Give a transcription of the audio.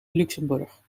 luxemburg